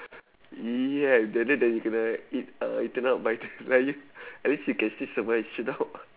!ee! I that day that you gonna eat uh eaten up by the lion at least you can sit somewhere and shoot out